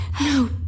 no